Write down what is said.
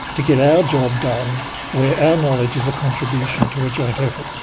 to get our job done where our knowledge is a contribution to a joint effort.